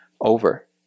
over